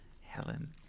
Helen